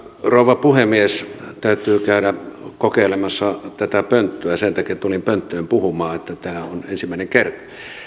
rouva puhemies täytyy käydä kokeilemassa tätä pönttöä sen takia tulin pönttöön puhumaan että tämä on ensimmäinen kerta